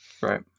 right